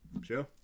Sure